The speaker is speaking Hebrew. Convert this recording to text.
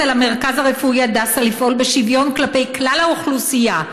על המרכז הרפואי הדסה לפעול בשוויון כלפי כלל האוכלוסייה,